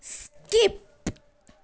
skip